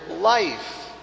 life